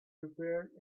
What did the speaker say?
prepared